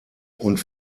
und